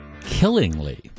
Killingly